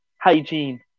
hygiene